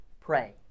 Pray